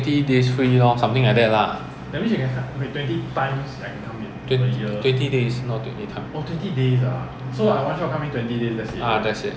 so when drive in I think it's twenty ringgit every time that one is every time [one] so you go in seven days also twenty ringgit but if you go in everyday everyday is twenty ringgit